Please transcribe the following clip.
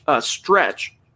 stretch